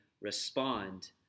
respond